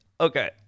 okay